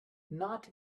not